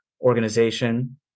organization